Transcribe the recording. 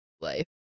life